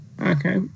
Okay